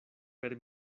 per